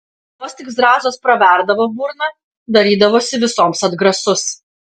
vos tik zrazas praverdavo burną darydavosi visoms atgrasus